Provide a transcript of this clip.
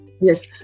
Yes